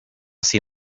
sin